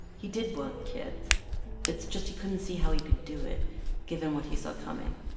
he did want kids it's just he couldn't see how he could do it given what he saw coming.